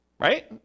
Right